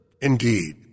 Indeed